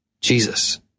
Jesus